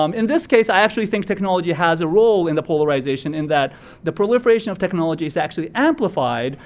um in this case, i actually think technology has a role in the polarization, in that the proliferation of technology is actually amplified,